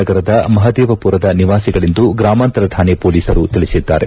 ನಗರದ ಮಹದೇವುಪರದ ನಿವಾಸಿಗಳೆಂದು ಗ್ರಾಮಾಂತರ ಠಾಣೆ ಪೊಲೀಸರು ತಿಳಿಸಿದ್ದಾರೆ